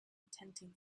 attempting